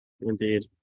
Indeed